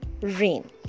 rain